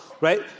right